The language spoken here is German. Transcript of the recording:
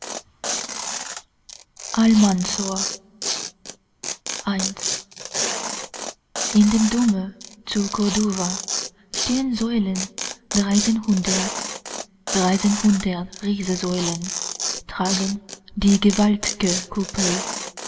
almansor i in dem dome zu corduva stehen säulen dreizehnhundert dreizehnhundert riesensäulen tragen die gewaltge kuppel